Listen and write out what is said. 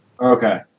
Okay